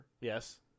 Yes